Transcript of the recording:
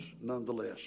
nonetheless